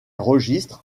registres